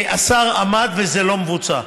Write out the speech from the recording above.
השר עמד, וזה לא מבוצע.